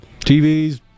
TVs